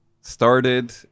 started